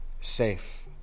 safe